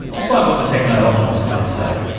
despite what the techno-optimists might say.